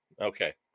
Okay